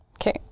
Okay